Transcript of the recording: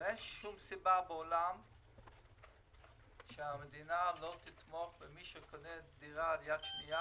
אין שום סיבה בעולם שהמדינה לא תתמוך במענק במי שקונה דירה יד שנייה,